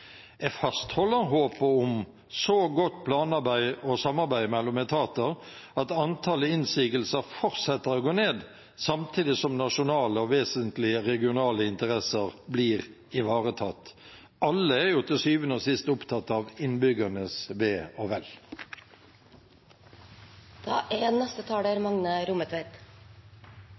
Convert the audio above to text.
Jeg fastholder håpet om så godt planarbeid og samarbeid mellom etater at antallet innsigelser fortsetter å gå ned, samtidig som nasjonale og vesentlige regionale interesser blir ivaretatt. Alle er jo til syvende og sist opptatt av innbyggernes ve og vel. Det er